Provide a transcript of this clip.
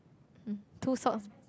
mm too soft